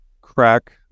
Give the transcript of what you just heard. crack